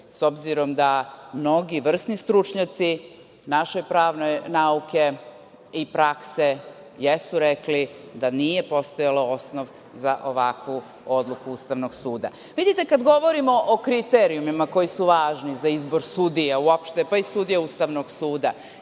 s obzirom da mnogi vrsni stručnjaci naše pravne nauke i prakse jesu rekli da nije postojao osnov za ovakvu odluku Ustavnog suda. Kada govorimo o kriterijumima koji su važni za izbor sudija uopšte, pa i za izbor sudija Ustavnog suda,